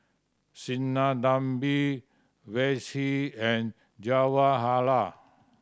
Sinnathamby Verghese and Jawaharlal